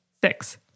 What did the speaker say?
Six